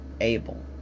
able